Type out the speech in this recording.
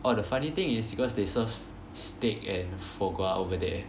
oh the funny thing is because they serve steak and foie gras over there